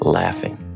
laughing